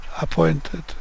appointed